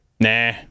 nah